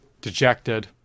dejected